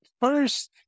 first